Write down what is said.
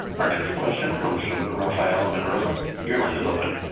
our next question comes from rafael manresa. your line is open.